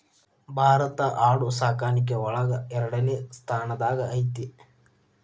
ಭಾರತಾ ಆಡು ಸಾಕಾಣಿಕೆ ಒಳಗ ಎರಡನೆ ಸ್ತಾನದಾಗ ಐತಿ